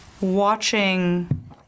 watching